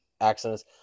accidents